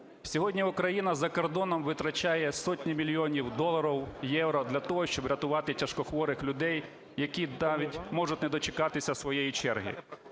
Сьогодні Україна за кордоном витрачає сотні мільйонів доларів, євро для того, щоб рятувати тяжкохворих людей, які навіть можуть не дочекатися своєї черги.